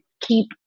keep